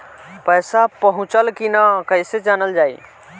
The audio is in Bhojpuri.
पैसा पहुचल की न कैसे जानल जाइ?